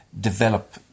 develop